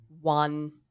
one